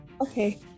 Okay